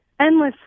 endlessly